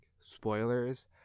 spoilers